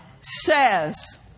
says